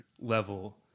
level